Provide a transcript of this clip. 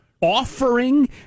offering